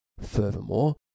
Furthermore